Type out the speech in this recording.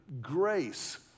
grace